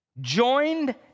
joined